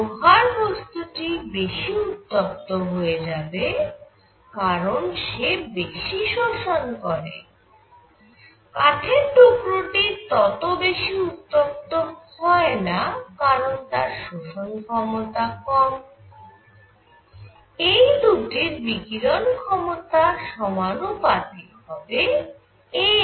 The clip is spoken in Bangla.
লোহার বস্তু টি বেশি উত্তপ্ত হয়ে যাবে কারণ সে বেশি শোষণ করে কাঠের টুকরো টি তত বেশি উত্তপ্ত হয়না কারণ তার শোষণ ক্ষমতা কম এই দুটির বিকিরণ ক্ষমতা সমানুপাতিক হবে a এর